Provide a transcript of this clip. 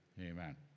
amen